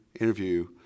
interview